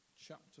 chapter